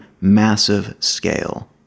massive-scale